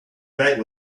night